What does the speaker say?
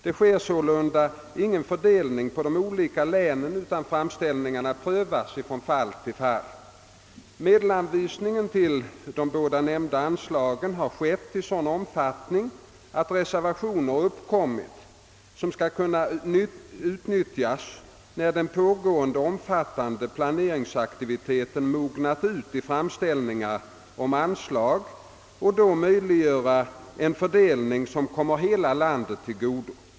Det sker sålunda ingen fördelning på olika län, utan framställningarna prövas från fall till fall. Medelsanvisningen till de båda nämnda anslagen har skett i sådan omfattning att reservationer uppkommit som skall kunna utnyttjas, när den pågående omfattande planeringsaktiviteten mognar ut i framställningar om anslag, och då möjliggöra en fördelning som kommer hela landet till godo.